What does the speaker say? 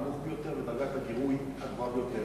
הנמוך ביותר ודרגת הגירוי הגבוהה ביותר.